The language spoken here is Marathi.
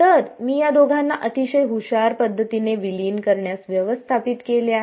तर मी या दोघांना अतिशय हुशार पद्धतीने विलीन करण्यास व्यवस्थापित केले आहे